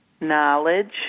knowledge